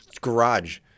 garage